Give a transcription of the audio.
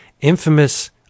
infamous